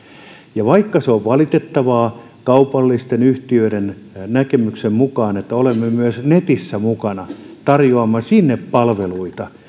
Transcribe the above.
ja vaikka se on valitettavaa kaupallisten yhtiöiden näkemyksen mukaan että olemme myös netissä mukana tarjoamme sinne palveluita